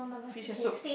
fish head soup